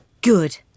Good